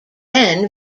then